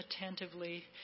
attentively